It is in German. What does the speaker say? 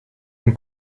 und